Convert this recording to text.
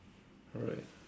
alright